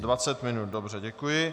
Dvacet minut, dobře, děkuji.